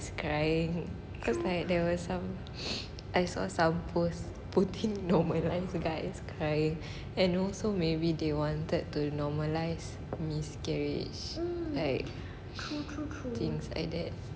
cause like there were some as or some post putting normalise guy crying and also maybe they wanted to normalise miscarriage like things like that